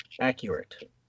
accurate